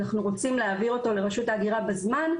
אנחנו רוצים להעביר אותו לרשות ההגירה בזמן,